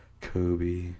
Kobe